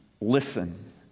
listen